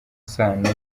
sano